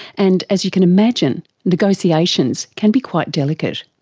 and, as you can imagine, negotiations can be quite delicate.